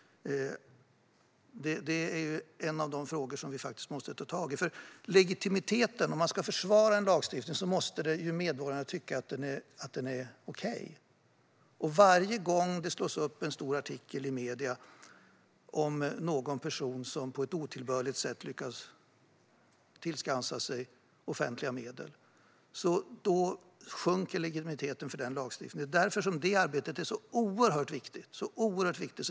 Det är en av de frågor som vi måste ta tag i. Om man ska försvara en lagstiftning måste medborgarna tycka att den är okej. Varje gång det slås upp en stor artikel i medierna om någon person som på ett otillbörligt sätt lyckats tillskansa sig offentliga medel sjunker legitimiteten för den lagstiftningen. Det är därför det arbetet är så oerhört viktigt.